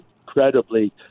incredibly